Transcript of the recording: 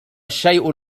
الشيء